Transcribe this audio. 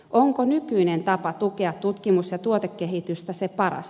onko nykyinen tapa tukea tutkimus ja tuotekehitystä se paras